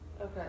Okay